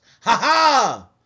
Ha-ha